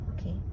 Okay